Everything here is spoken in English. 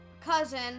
cousin